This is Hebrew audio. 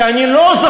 אז למה שחררתם?